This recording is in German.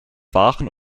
waren